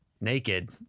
naked